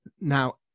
Now